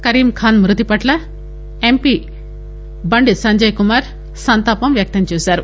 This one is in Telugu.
కరీంఖాన్ మృతిపట్ల ఎంపీ బండి సంజయ్కుమార్ సంతాపం వ్యక్తం చేశారు